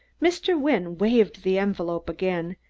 mr. wynne waved the envelope again,